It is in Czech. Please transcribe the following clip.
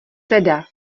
teda